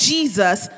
Jesus